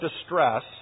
distress